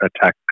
attack